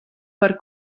per